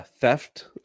theft